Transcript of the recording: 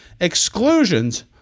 Exclusions